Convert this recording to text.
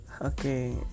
Okay